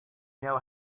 know